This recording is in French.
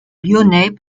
lyonnais